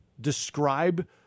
describe